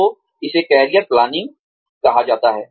तो इसे career planning कहा जाता है